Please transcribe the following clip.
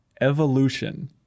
Evolution